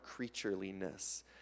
creatureliness